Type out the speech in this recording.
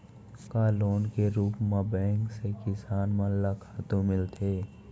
का लोन के रूप मा बैंक से किसान मन ला खातू मिलथे?